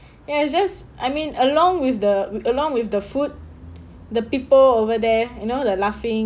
ya it just I mean along with the along with the food the people over there you know the laughing